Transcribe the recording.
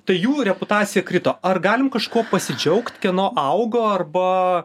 tai jų reputacija krito ar galim kažkuo pasidžiaugt kieno augo arba